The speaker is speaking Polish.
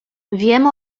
wiem